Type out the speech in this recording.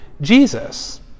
Jesus